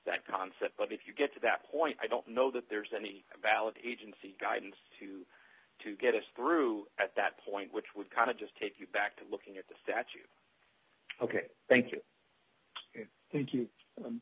that concept but if you get to that point i don't know that there's any valid agency guidance to to get us through at that point which would kind of just take you back to looking at the statute ok thank you thank you